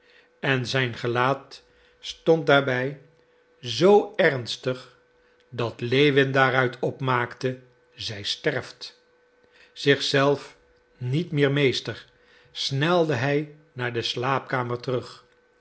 en zijn gelaat stond daarbij zoo ernstig dat lewin daaruit opmaakte zij sterft zich zelf niet meer meester snelde hij naar de slaapkamer terug